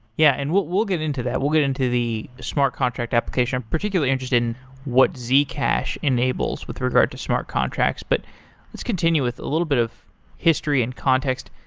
yeah, and we'll get into that. we'll get into the smart contract application. i'm particularly interested in what zcash enables with regard to smart contracts. but let's continue with a little bit of history and context.